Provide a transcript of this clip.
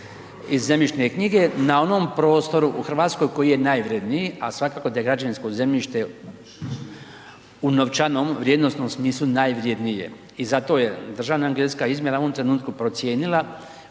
i zemljišne knjige na onom prostoru u Hrvatskoj koji je najvrjedniji a svakako da je građevinsko zemljište u novčanom vrijednosnom smislu, najvrijednije i zato je državna .../Govornik se ne razumije./... izmjena u ovom trenutku procijenila